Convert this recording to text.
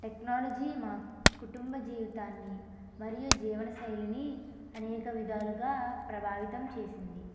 technology మా కుటుంబ జీవితాన్ని మరియు జీవన శైలిని అనేక విధాలుగా ప్రభావితం చేసింది